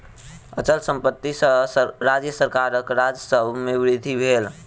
अचल संपत्ति सॅ राज्य सरकारक राजस्व में वृद्धि भेल